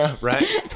Right